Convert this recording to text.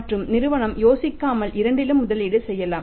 மற்றும் நிறுவனம் யோசிக்காமல் இரண்டிலும் முதலீடு செய்யலாம்